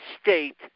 state